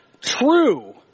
true